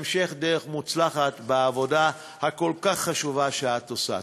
המשך דרך מוצלחת בעבודה הכל-כך חשובה שאת עושה.